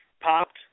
popped